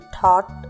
thought